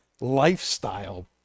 lifestyle